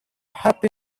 happy